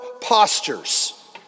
postures